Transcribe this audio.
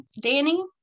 Danny